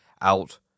out